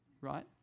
right